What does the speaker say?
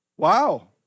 Wow